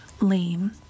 lame